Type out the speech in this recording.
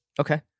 Okay